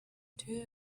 two